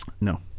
No